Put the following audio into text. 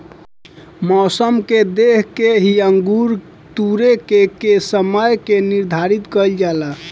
मौसम के देख के ही अंगूर तुरेके के समय के निर्धारित कईल जाला